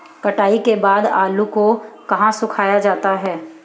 कटाई के बाद आलू को कहाँ सुखाया जाता है?